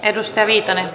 arvoisa puhemies